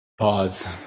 Pause